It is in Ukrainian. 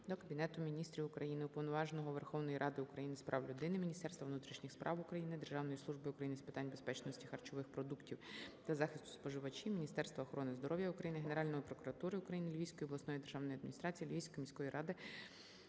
до Кабінету Міністрів України, Уповноваженого Верховної Ради України з прав людини, Міністерства внутрішніх справ України, Державної служби України з питань безпечності харчових продуктів та захисту споживачів, Міністерства охорони здоров'я України, Генеральної прокуратури України, Львівської обласної державної адміністрації, Львівської міської ради